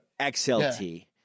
XLT